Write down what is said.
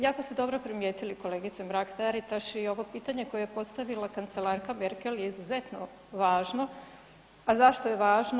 Jako ste dobro primijetili kolegice Mrak-Taritaš i ovo pitanje koje postavila kancelarka Merkel je izuzetno važno, a zašto je važno?